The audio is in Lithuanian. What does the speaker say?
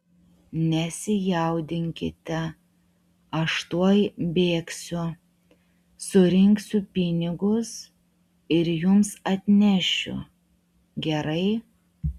nesijaudinkite aš tuoj bėgsiu surinksiu pinigus ir jums atnešiu gerai